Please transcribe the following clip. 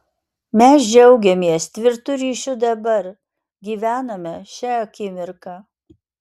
mes džiaugiamės tvirtu ryšiu dabar gyvename šia akimirka